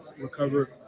recover